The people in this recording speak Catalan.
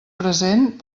present